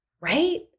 right